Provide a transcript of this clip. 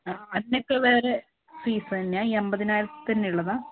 ആ അതിനൊക്കെ വേറെ ഫീസ് തന്നെയാണോ ഈ അമ്പതിനായിരത്തിൽ തന്നെ ഉള്ളതാണോ